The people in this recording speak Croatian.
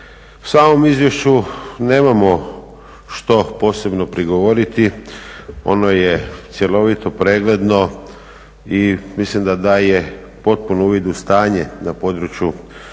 Samom izvješću nemamo što posebno prigovoriti. Ono je cjelovito, pregledno i mislim da daje potpuni uvid u stanje na području obrane